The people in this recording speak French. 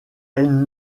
elle